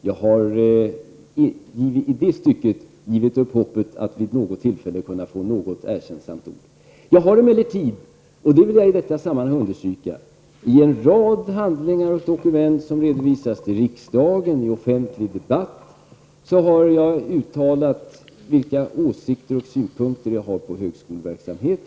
Jag har på den punkten gett upp hoppet att vid något tillfälle få något erkännsamt ord. Jag har emellertid, och det vill jag i detta sammanhang understryka, i en rad handlingar och dokument som har redovisats för riksdagen och i offentlig debatt uttalat vilka åsikter och synpunkter som jag har på högskoleverksamhet.